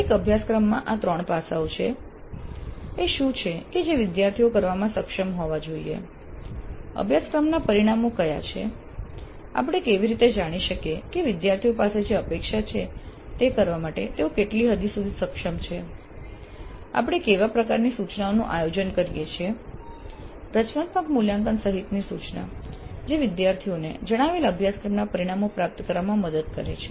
દરેક અભ્યાસક્રમમાં આ ત્રણ પાસાઓ છે એ શું છે કે જે વિદ્યાર્થીઓ કરવામાં સક્ષમ હોવા જોઈએ અભ્યાસક્રમના પરિણામો કયા છે આપણે કેવી રીતે જાણી શકીએ કે વિદ્યાર્થીઓ પાસે જે અપેક્ષા છે તે કરવા માટે તેઓ કેટલી હદ સુધી સક્ષમ છે આપણે કેવા પ્રકારની સૂચનાઓનું આયોજન કરીએ છીએ રચનાત્મક મૂલ્યાંકન સહિતની સૂચના જે વિદ્યાર્થીઓને જણાવેલા અભ્યાસક્રમના પરિણામો પ્રાપ્ત કરવામાં મદદ કરે છે